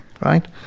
Right